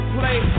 play